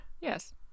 Yes